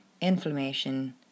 inflammation